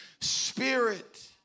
spirit